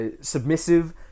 submissive